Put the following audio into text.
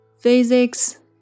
physics